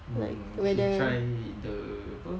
mm you should try the apa